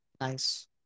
Nice